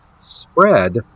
spread